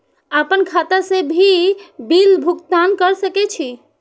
आपन खाता से भी बिल भुगतान कर सके छी?